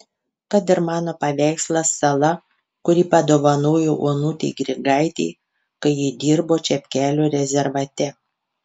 kad ir mano paveikslas sala kurį padovanojau onutei grigaitei kai ji dirbo čepkelių rezervate